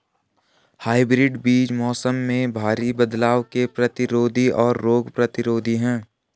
hybrid बीज मौसम में भारी बदलाव के प्रतिरोधी और रोग प्रतिरोधी हैं